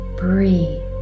breathe